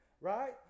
Right